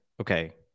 okay